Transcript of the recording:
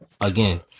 again